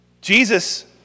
Jesus